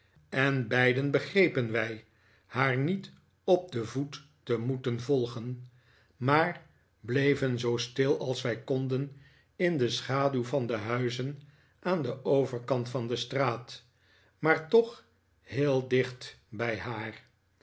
en beiden begrepen wij haar niet op den voet te moeten volgen maar bleven zoo stil als wij konden in de schaduw van de huizen aan den overkant van de straat maar toch heel dicht bij haar